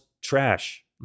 trash